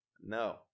No